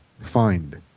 find